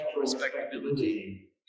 respectability